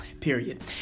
period